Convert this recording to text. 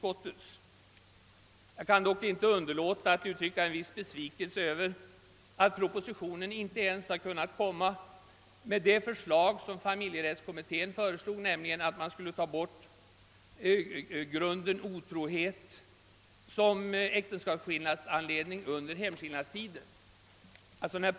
Jag kan dock inte underlåta att uttrycka en viss besvikelse över att man i propositionen inte ens kunnat föra fram det förslag, som framlades av familjerättskommittén, nämligen att grunden otrohet som äktenskapsskillnadsanledning under hemskillnadstiden skulle avskaffas.